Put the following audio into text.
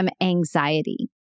anxiety